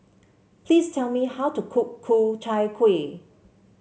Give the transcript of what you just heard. please tell me how to cook Ku Chai Kuih